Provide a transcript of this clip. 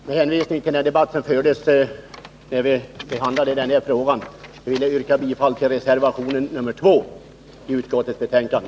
Herr talman! Med hänvisning till den debatt som fördes när vi behandlade trafikutskottets betänkande nr 16 i denna fråga vill jag yrka bifall till reservationen 2 vid detta betänkande.